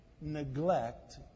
neglect